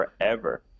forever